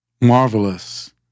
Marvelous